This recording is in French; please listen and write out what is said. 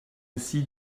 aussi